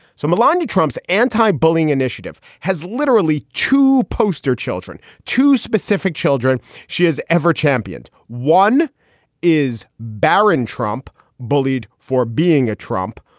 so melania trump's anti-bullying initiative has literally two poster children to specific children she has ever championed. one is baron trump bullied for being a trump.